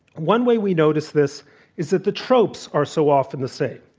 one way we notice this is that the tropes are so often the same.